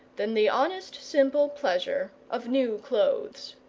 than the honest, simple pleasure of new clothes.